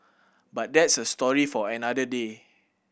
but that's a story for another day